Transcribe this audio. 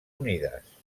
unides